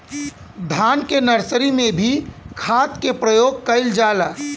धान के नर्सरी में भी खाद के प्रयोग कइल जाला?